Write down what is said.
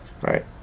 right